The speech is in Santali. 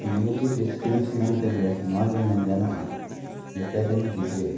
ᱱᱮᱹᱜᱮᱹᱴᱤᱵᱷ ᱮᱠᱥᱯᱮᱨᱤᱭᱮᱱᱥ ᱢᱮᱱ ᱛᱮᱫᱚ ᱱᱚᱣᱟ ᱜᱮ ᱢᱮᱱ ᱜᱟᱱᱚᱜᱼᱟ ᱱᱮᱛᱟᱨ ᱨᱮᱱ ᱜᱤᱫᱽᱨᱟᱹ